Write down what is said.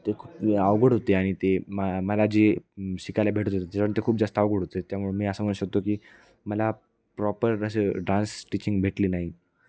ते खूप अवघड होते आणि ते मा मला जे शिकायला भेटत होते ते खूप जास्त अवघड होते त्यामुळे मी असं म्हणू शकतो की मला प्रॉपर असं डान्स टिचिंग भेटली नाही